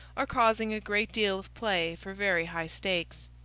are causing a great deal of play for very high stakes.